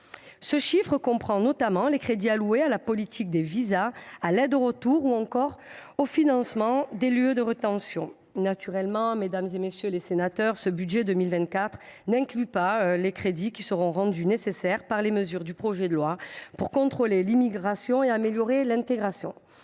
Ce chiffre comprend notamment les crédits alloués à la politique des visas, à l’aide au retour ou encore au financement des lieux de rétention. Naturellement, mesdames, messieurs les sénateurs, ce budget 2024 n’inclut pas les crédits qui seront rendus nécessaires par les mesures du projet de loi pour contrôler l’immigration, améliorer l’intégration,